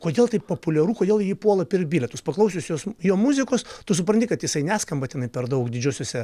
kodėl taip populiaru kodėl į jį puola pirkt bilietus paklausius jos jo muzikos tu supranti kad jisai neskamba tenai per daug didžiuosiuose